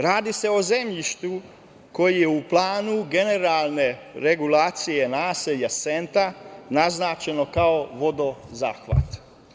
Radi se o zemljištu koje je u planu generalne regulacije naselja Senta naznačeno kao vodozahvat.